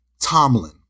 Tomlin